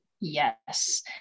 Yes